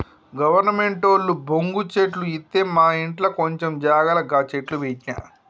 గవర్నమెంటోళ్లు బొంగు చెట్లు ఇత్తె మాఇంట్ల కొంచం జాగల గ చెట్లు పెట్టిన